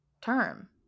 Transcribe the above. term